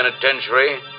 penitentiary